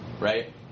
right